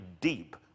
deep